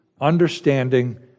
understanding